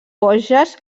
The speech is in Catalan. vosges